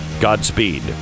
godspeed